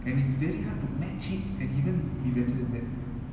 and it's very hard to match it and even be better than that